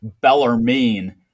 Bellarmine